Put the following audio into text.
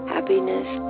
Happiness